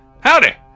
howdy